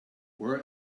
where